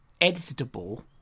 editable